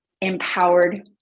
empowered